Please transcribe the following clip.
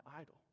idol